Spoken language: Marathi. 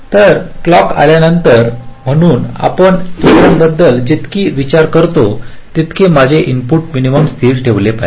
तर क्लॉक आल्यानंतर म्हणून आपण दुसर्याबद्दल जितका विचार करता तितके माझे इनपुट मिनिमम स्थिर ठेवले पाहिजे